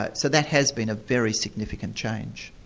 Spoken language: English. but so that has been a very significant change.